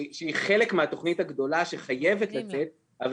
שהיא חלק מהתוכנית הגדולה שחייבת לצאת,